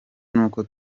n’uko